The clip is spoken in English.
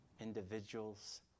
individuals